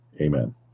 Amen